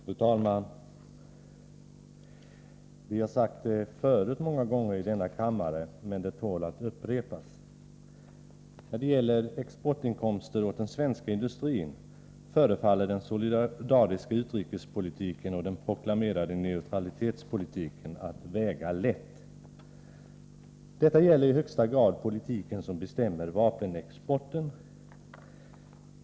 Fru talman! Vi har sagt det förut många gånger i denna kammare, men det tål att upprepas: När det gäller exportinkomster åt den svenska industrin förefaller den solidariska utrikespolitiken och den proklamerade neutralitetspolitiken att väga lätt! Detta gäller i högsta grad den politik som bestämmer vapenexporten.